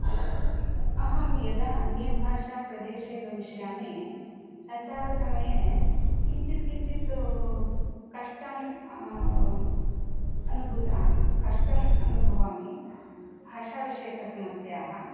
अहं यदा अन्यभाषाप्रदेशे गमिष्यामि सञ्चारसमये किञ्चित् किञ्चित् कष्टं अनुभूता कष्टम् अनुभवामि भाषाविषयकसमस्याः